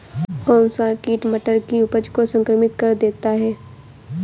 कौन सा कीट मटर की उपज को संक्रमित कर देता है?